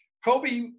Kobe